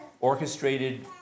orchestrated